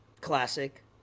Classic